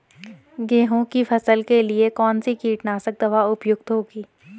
गेहूँ की फसल के लिए कौन सी कीटनाशक दवा उपयुक्त होगी?